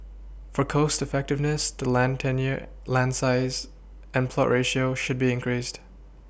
for cost effectiveness the land tenure land size and plot ratio should be increased